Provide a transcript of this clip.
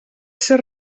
ser